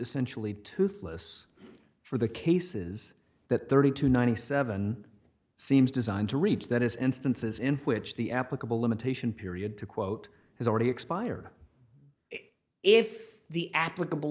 essentially toothless for the cases that the thirty to ninety seven seems designed to reach that is instances in which the applicable limitation period to quote has already expired if the applicable